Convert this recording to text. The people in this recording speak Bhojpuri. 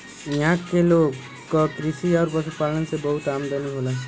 इहां के लोग क कृषि आउर पशुपालन से बहुत आमदनी होला